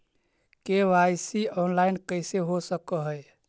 KYC online कैसे हो सक है?